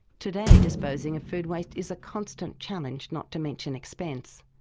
today, disposing of food waste is a constant challenge, not to mention expense.